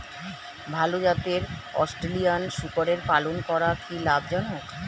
ভাল জাতের অস্ট্রেলিয়ান শূকরের পালন করা কী লাভ জনক?